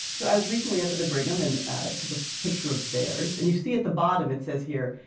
so i was recently up at the brigham and took a picture of theirs, and you see at the bottom it says here,